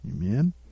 Amen